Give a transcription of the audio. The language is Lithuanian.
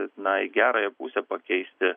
na į gerąją pusę pakeisti